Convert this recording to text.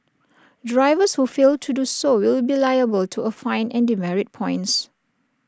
drivers who fail to do so will be liable to A fine and demerit points